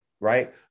right